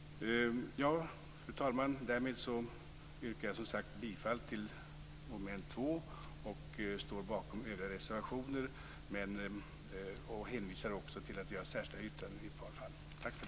Fru talman! Därmed yrkar jag som sagt bifall till reservationen under mom. 2. Jag står bakom övriga reservationer och vill också hänvisa till att vi har särskilda yttranden i ett par fall.